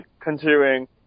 considering